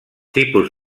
tipus